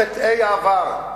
את חטאי העבר.